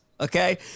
Okay